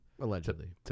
allegedly